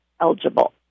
eligible